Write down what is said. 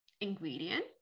ingredient